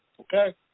Okay